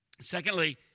Secondly